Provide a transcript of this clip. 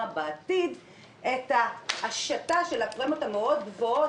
בעתיד את ההשתה של הפרמיות המאוד גבוהות,